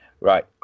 Right